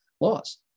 laws